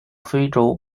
非洲